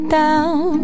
down